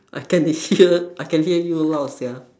I can hear I can hear you loud sia